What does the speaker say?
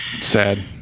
Sad